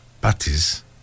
parties